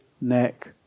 neck